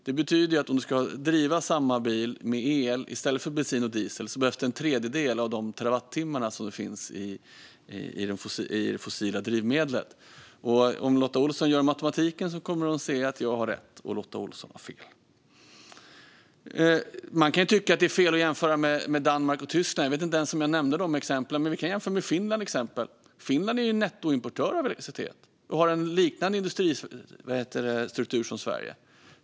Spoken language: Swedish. Det betyder att om man ska driva samma bil med el i stället för med bensin eller diesel behövs en tredjedel av de terawattimmar som finns i det fossila drivmedlet. Om Lotta Olsson räknar på det kommer hon att se att jag har rätt och att Lotta Olsson har fel. Man kan ju tycka att det är fel att jämföra med Danmark och Tyskland - jag vet inte ens om jag nämnde de exemplen. Vi kan dock jämföra med Finland. Finland är nettoimportör av elektricitet och har en industristruktur som liknar Sveriges.